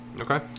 Okay